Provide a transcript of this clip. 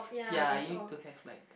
ya you need to have like